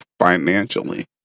financially